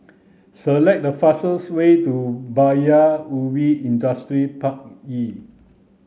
select the fastest way to Paya Ubi Industrial Park E